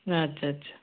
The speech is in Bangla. আচ্ছা আচ্ছা